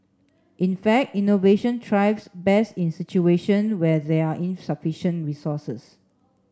in fact innovation thrives best in situation where there are insufficient resources